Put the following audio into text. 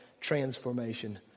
transformation